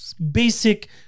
basic